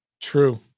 True